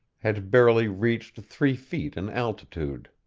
had barely reached three feet in altitude.